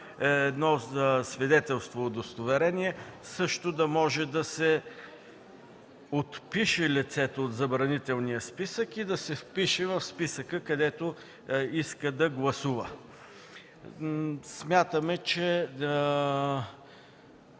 със свидетелство-удостоверение също да може да се отпише лицето от забранителния списък и да се впише в списъка, където иска да гласува. Смятаме, че